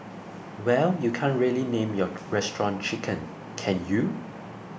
well you can't really name your restaurant 'Chicken' can you